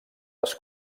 les